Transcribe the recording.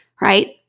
right